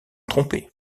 trompé